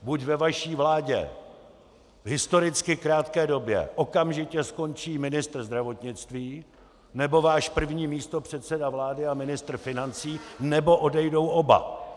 Buď ve vaší vládě v historicky krátké době okamžitě skončí ministr zdravotnictví, nebo váš první místopředseda vlády a ministr financí, nebo odejdou oba.